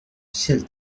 ciel